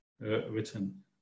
written